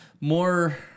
more